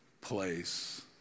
place